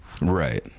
Right